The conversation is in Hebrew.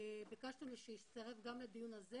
ביקשנו שהוא יצטרף גם לדיון הזה,